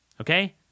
Okay